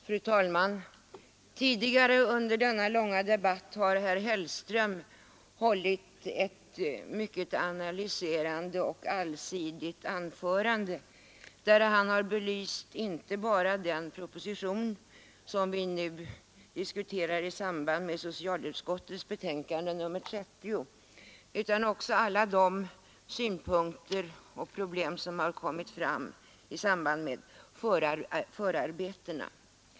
Fru talman! Tidigare under denna långa debatt har herr Hellström hållit ett mycket analyserande och allsidigt anförande, där han belyst inte bara den proposition som vi nu diskuterar i samband med socialutskottets betänkande nr 30 utan också alla de synpunkter och problem som har kommit fram i anslutning till förarbetena.